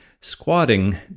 squatting